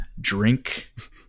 drink